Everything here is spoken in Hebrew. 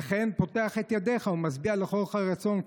וכן פותח את ידך ומשביע לכל חי רצון,